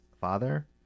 father